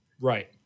Right